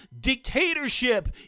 dictatorship